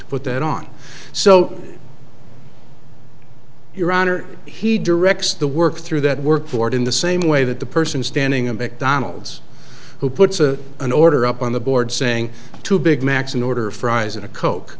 to put that on so your honor he directs the work through that work for it in the same way that the person standing a mcdonald's who puts a an order up on the board saying two big macs in order fries and a coke